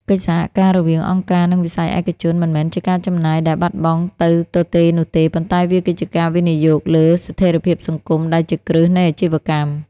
កិច្ចសហការរវាងអង្គការ និងវិស័យឯកជន មិនមែនជាការចំណាយដែលបាត់បង់ទៅទទេនោះទេ ប៉ុន្តែវាគឺជាការវិនិយោគលើ "ស្ថិរភាពសង្គម" ដែលជាគ្រឹះនៃអាជីវកម្ម។